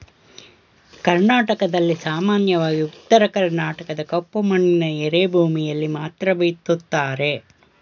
ಕರ್ನಾಟಕದಲ್ಲಿ ಸಾಮಾನ್ಯವಾಗಿ ಉತ್ತರ ಕರ್ಣಾಟಕದ ಕಪ್ಪು ಮಣ್ಣಿನ ಎರೆಭೂಮಿಯಲ್ಲಿ ಮಾತ್ರ ಬಿತ್ತುತ್ತಾರೆ